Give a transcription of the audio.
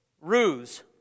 ruse